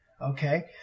okay